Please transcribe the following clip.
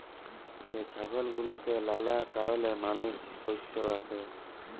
যে ছাগল গুলাকে লালা কারলে মালুষ পষ্য রাখে